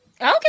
okay